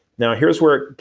now here's where it